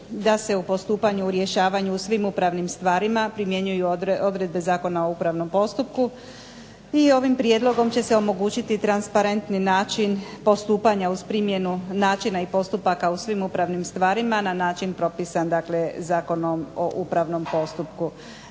da se u postupanju u rješavanju u svim upravnim stvarima primjenjuju odredbe Zakona o upravnom postupku i ovim prijedlogom će se omogućiti transparentni način postupanja uz primjenu načina i postupaka u svim upravnim stvarima, na način propisan dakle Zakonom o upravnom postupku.